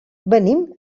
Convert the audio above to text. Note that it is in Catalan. venim